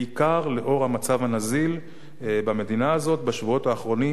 בעיקר לנוכח המצב הנזיל במדינה הזאת בשבועות האחרונים,